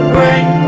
rain